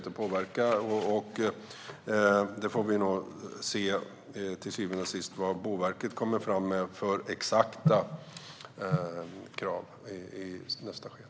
Till syvende och sist får vi nog se vilka exakta krav Boverket kommer fram med i nästa skede.